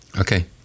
Okay